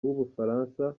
w’ubufaransa